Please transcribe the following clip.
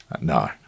No